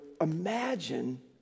Imagine